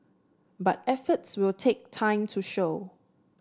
but efforts will take time to show